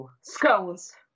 Scones